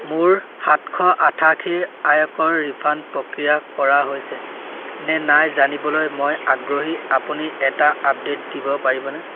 মোৰ সাতশ আঠাশীৰ আয়কৰ ৰিফাণ্ড প্ৰক্ৰিয়া কৰা হৈছে নে নাই জানিবলৈ মই আগ্ৰহী আপুনি এটা আপডেট দিব পাৰিবনে